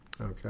Okay